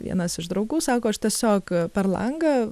na mano vienas iš draugų sako aš tiesiog per langą